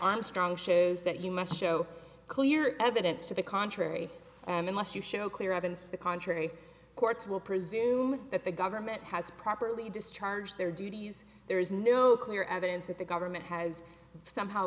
armstrong says that you must show clear evidence to the contrary and unless you show clear evidence the contrary courts will presume that the government has properly discharge their duties there is no clear evidence that the government has somehow